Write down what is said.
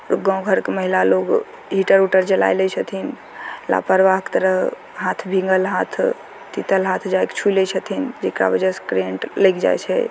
आओर गाँव घरके महिला लोग हीटर उटर जलाय लै छथिन लापरवाह कि तरह हाथ भीङ्गल हाथ तितल हाथ जाकऽ छुइ लै छथिन जकरा वजहसँ करेन्ट लागि जाइ छै